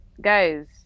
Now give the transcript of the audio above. guys